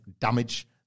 damage